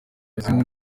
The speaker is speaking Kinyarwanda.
bizimungu